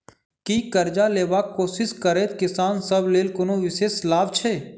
की करजा लेबाक कोशिश करैत किसान सब लेल कोनो विशेष लाभ छै?